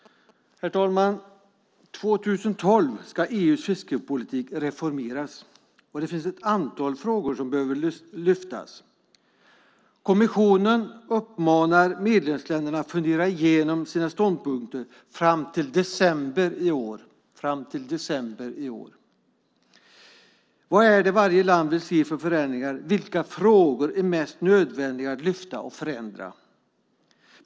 Herr talman! År 2012 ska EU:s fiskepolitik reformeras. Det finns ett antal frågor som behöver lyftas fram. Kommissionen uppmanar medlemsländerna att fram till december i år fundera igenom sina ståndpunkter. Vilka förändringar vill varje land se? Vilka frågor är det mest nödvändigt att lyfta fram, och vad är mest nödvändigt att förändra?